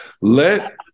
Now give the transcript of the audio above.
let